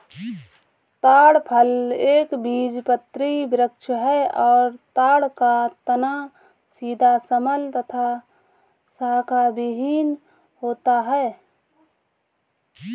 ताड़ फल एक बीजपत्री वृक्ष है और ताड़ का तना सीधा सबल तथा शाखाविहिन होता है